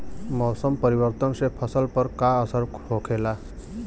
मौसम परिवर्तन से फसल पर का असर होखेला?